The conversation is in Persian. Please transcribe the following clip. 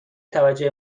توجه